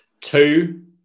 Two